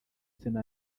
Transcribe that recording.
sena